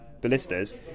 ballistas